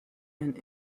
and